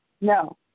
No